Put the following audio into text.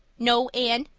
no, anne,